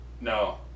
No